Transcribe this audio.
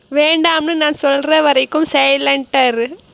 வேண்டாம்னு நான் சொல்கிற வரைக்கும் சைலண்டாக இரு